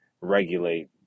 regulate